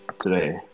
today